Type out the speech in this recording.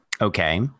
Okay